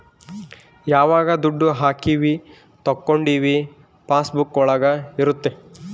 ಯಾವಾಗ ದುಡ್ಡು ಹಾಕೀವಿ ತಕ್ಕೊಂಡಿವಿ ಪಾಸ್ ಬುಕ್ ಒಳಗ ಇರುತ್ತೆ